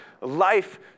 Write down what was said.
life